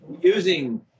using